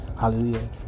hallelujah